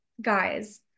guys